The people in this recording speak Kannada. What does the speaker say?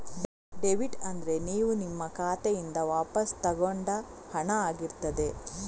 ಡೆಬಿಟ್ ಅಂದ್ರೆ ನೀವು ನಿಮ್ಮ ಖಾತೆಯಿಂದ ವಾಪಸ್ಸು ತಗೊಂಡ ಹಣ ಆಗಿರ್ತದೆ